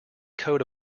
code